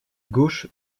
gauche